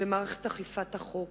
ומערכת אכיפת החוק.